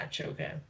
okay